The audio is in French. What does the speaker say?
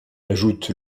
ajoute